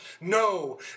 No